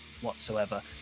whatsoever